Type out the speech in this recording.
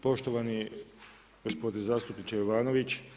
Poštovani gospodine zastupniče Jovanović.